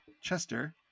Chester